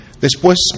Después